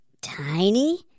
Tiny